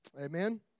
Amen